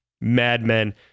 Madmen